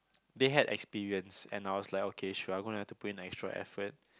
they had experience and I was like okay sure I'm gonna have to put in the extra effort